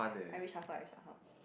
I reshuffle I reshuffle